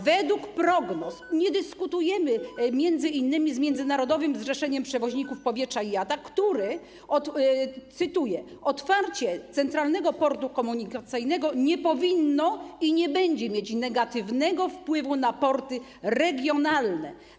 Według prognoz - nie dyskutujemy m.in. z Międzynarodowym Zrzeszeniem Przewoźników Powietrznych - IATA, które właśnie tak twierdzi - otwarcie Centralnego Portu Komunikacyjnego nie powinno i nie będzie mieć negatywnego wpływu na porty regionalne.